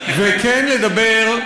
וכן לדבר,